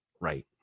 Right